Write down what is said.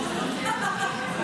נתקבלה.